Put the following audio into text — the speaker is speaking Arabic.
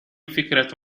فكرة